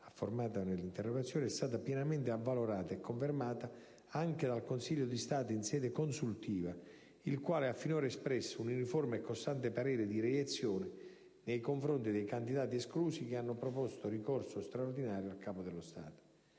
affermato nell'interrogazione, è stata pienamente avvalorata e confermata anche dal Consiglio di Stato in sede consultiva, il quale ha finora espresso un uniforme e costante parere di reiezione nei confronti dei candidati esclusi che hanno proposto ricorso straordinario al Capo dello Stato.